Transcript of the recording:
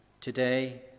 today